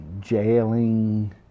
jailing